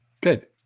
Good